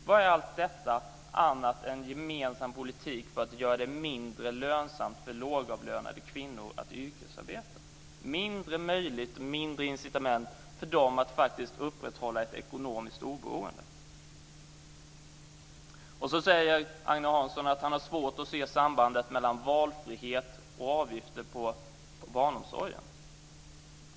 Vad är allt detta annat än en gemensam politik för att göra det mindre lönsamt för lågavlönade kvinnor att yrkesarbeta, att göra det mindre möjligt och att ge mindre incitament för dem att faktiskt upprätthålla ett ekonomiskt oberoende? Sedan säger Agne Hansson att han har svårt att se sambandet mellan valfrihet och avgifter på barnomsorgen.